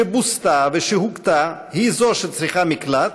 שבוזתה ושהוכתה היא שצריכה מקלט,